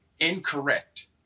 incorrect